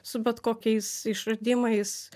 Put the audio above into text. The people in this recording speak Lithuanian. su bet kokiais išradimais